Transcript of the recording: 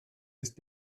ist